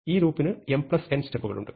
ഈ ലൂപ്പിന് mn സ്റ്റെപ്പുകൾ ഉണ്ട്